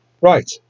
Right